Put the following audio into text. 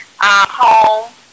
home